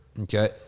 okay